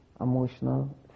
emotional